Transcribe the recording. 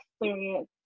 experience